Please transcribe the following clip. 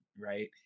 right